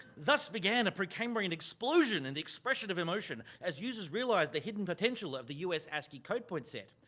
thus began a precambrian explosion in the expression of emotion, as users realized the hidden potential of the us ascii code point set.